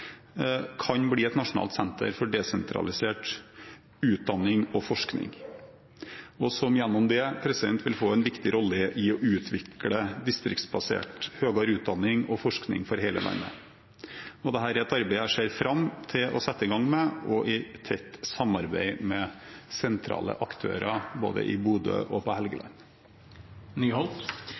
kan bli et nasjonalt senter for desentralisert utdanning og forskning og gjennom det få en viktig rolle i å utvikle distriktsbasert høyere utdanning og forskning for hele landet. Dette er et arbeid som jeg ser fram til å sette i gang med, i tett samarbeid med sentrale aktører både i Bodø og på Helgeland.